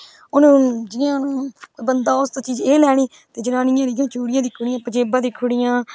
हून ओह् जिया बंदा ने चीज एह् लेनी जनानियें कुड़ियै पंजेवां दिक्खी ओड़ियां